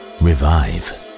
revive